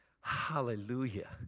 Hallelujah